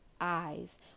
eyes